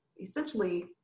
essentially